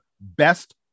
best